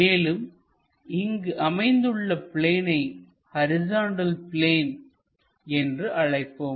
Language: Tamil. மேலும் இங்கு அமைந்துள்ள பிளேனை ஹரிசாண்டல் பிளேன் என்று அழைப்போம்